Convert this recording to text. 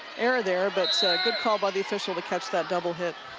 error there, but good call by the official to catch that double hit